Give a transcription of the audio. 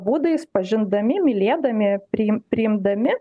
būdais pažindami mylėdami priim priimdami